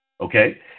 okay